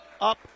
up